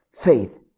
faith